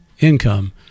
income